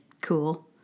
cool